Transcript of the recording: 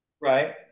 Right